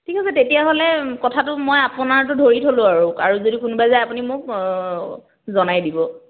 ঠিক আছে তেতিয়াহ'লে কথাটো মই আপোনাৰটো ধৰি থ'লোঁ আৰু আৰু যদি কোনোবাই যায় আপুনি মোক জনাই দিব